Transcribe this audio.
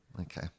Okay